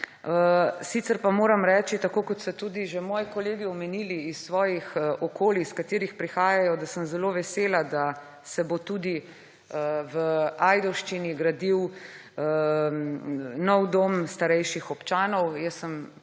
Sicer pa moram reči – tako kot so tudi že moji kolegi omenili iz svojih okolij, iz katerih prihajajo – da sem zelo vesela, da se bo tudi v Ajdovščini gradil nov dom starejših občanov. Jaz sem